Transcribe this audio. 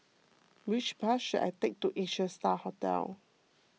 which bus should I take to Asia Star Hotel